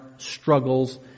struggles